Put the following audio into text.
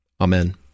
Amen